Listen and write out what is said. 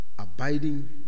Abiding